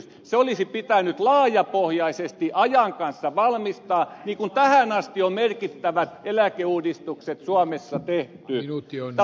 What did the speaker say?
se olisi pitänyt laajapohjaisesti ajan kanssa valmistaa niin kuin tähän asti on merkittävät eläkeuudistukset suomessa tehty